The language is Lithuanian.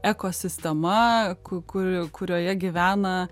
ekosistema ku kur kurioje gyvena